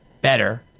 better